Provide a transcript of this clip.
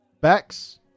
Bex